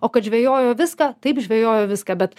o kad žvejojo viską taip žvejojo viską bet